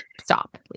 Stop